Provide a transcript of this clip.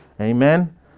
Amen